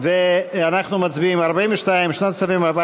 48